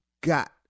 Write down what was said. got